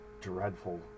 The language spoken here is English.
dreadful